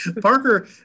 Parker